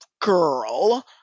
girl